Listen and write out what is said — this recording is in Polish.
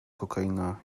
kokaina